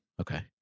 okay